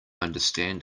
understand